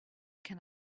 can